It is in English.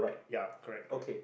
ya correct correct